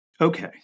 okay